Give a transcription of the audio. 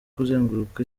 kuzenguruka